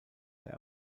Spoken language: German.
der